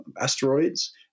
asteroids